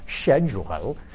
schedule